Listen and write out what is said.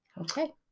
okay